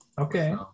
Okay